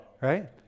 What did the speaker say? right